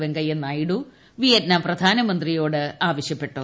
Venkaiah Naidu Vietnam പ്രധാനമന്ത്രിയോട് ആവശ്യപ്പെട്ടു